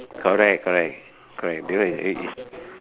correct correct correct because it is